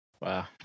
Wow